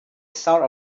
sound